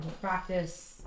practice